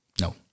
No